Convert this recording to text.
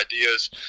ideas